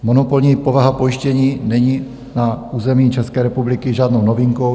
Monopolní povaha pojištění není na území České republiky žádnou novinkou.